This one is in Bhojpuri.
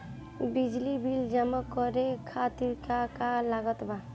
बिजली बिल जमा करे खातिर का का लागत बा?